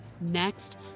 Next